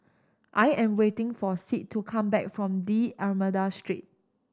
I am waiting for Sid to come back from D'Almeida Street